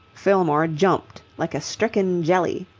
fillmore jumped like a stricken jelly.